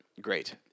Great